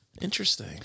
Interesting